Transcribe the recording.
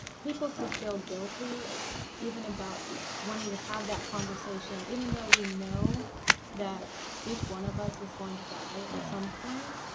people could feel guilty even about wanting to have that conversation even though we know that each one of us is going to die at some point.